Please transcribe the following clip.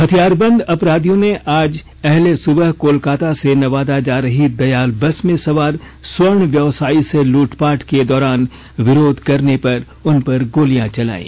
हथियारबंद अपराधियों ने आज अहले सुबह कोलकाता से नवादा जा रही दयाल बस में सवार स्वर्ण व्यवसायी से लूटपाट के के दौरान विरोध करने पर उनपर गोलियां चलायी